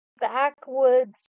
backwoods